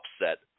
upset